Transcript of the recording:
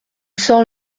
sort